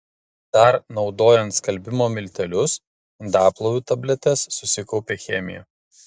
dar naudojant skalbimo miltelius indaplovių tabletes susikaupia chemija